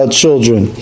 children